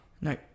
No